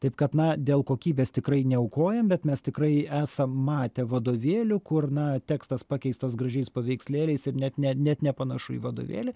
taip kad na dėl kokybės tikrai neaukojam bet mes tikrai esam matę vadovėlių kur na tekstas pakeistas gražiais paveikslėliais ir net ne net nepanašu į vadovėlį